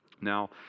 Now